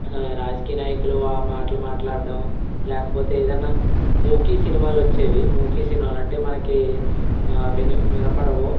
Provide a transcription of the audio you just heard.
రాజకీయ నాయకులు మాటలు మాట్లాడడం లేకపోతే ఏదన్నా మూకీ సినిమాలు వచ్చేవి మూకీ సినిమాలు అంటే మనకి విని వినపడవు